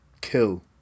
kill